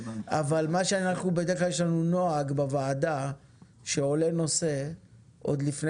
לנו נוהג בוועדה שעולה נושא עוד לפני